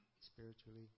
spiritually